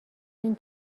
این